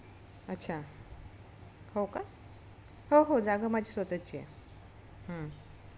अच्छा हो का हो हो जागा माझी स्वतःची आहे हं